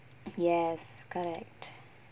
yes correct